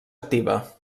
activa